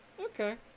okay